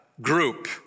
group